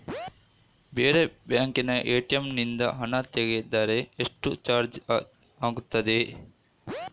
ಬೇರೆ ಬ್ಯಾಂಕಿನ ಎ.ಟಿ.ಎಂ ನಿಂದ ಹಣ ತೆಗೆದರೆ ಎಷ್ಟು ಚಾರ್ಜ್ ಆಗುತ್ತದೆ?